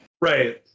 Right